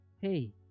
hey